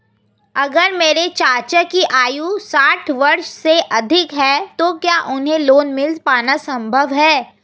अगर मेरे चाचा की आयु साठ वर्ष से अधिक है तो क्या उन्हें लोन मिल पाना संभव है?